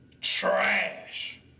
trash